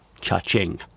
Cha-ching